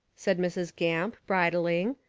said mrs. gamp, bridling,